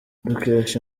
dukesha